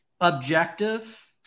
objective